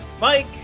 Mike